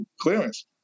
clearance